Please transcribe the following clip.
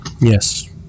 Yes